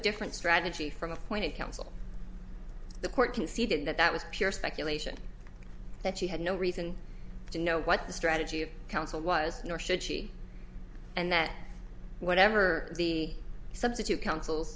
different strategy from appointed counsel the court conceded that that was pure speculation that she had no reason to know what the strategy of counsel was nor should she and that whatever the substitute coun